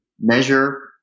measure